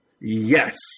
Yes